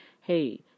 hey